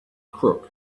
crook